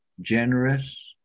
generous